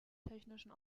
technischen